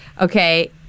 Okay